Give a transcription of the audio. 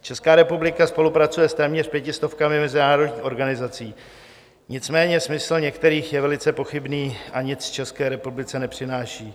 Česká republika spolupracuje s téměř pěti stovkami mezinárodních organizací, nicméně smysl některých je velice pochybný a nic České republice nepřináší.